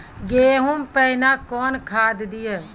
गेहूँ पहने कौन खाद दिए?